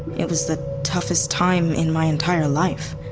it was the toughest time in my entire life.